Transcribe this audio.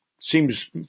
seems